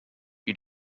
you